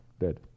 dead